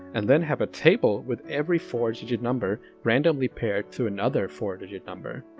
and then have a table with every four digit number randomly paired to another four digit number.